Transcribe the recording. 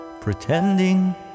pretending